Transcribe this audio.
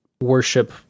worship